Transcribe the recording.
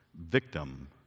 victim